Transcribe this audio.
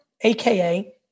AKA